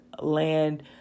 land